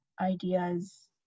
ideas